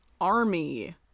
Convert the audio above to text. army